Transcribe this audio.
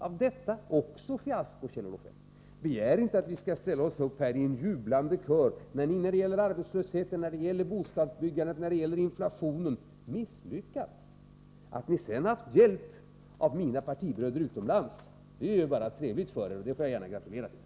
Allt detta blev också fiasko, Kjell-Olof Feldt. Begär då inte att vi skall ställa oss upp här i en jublande kör, när ni när 59 det gäller arbetslöshet, bostadsbyggande och inflation misslyckats. Att ni haft hjälp av Reagan, Thatcher, Kohl och Nakasone, mina partibröder utomlands, är bara trevligt för er, och det får jag gärna gratulera till.